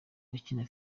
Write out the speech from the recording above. bakina